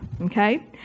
okay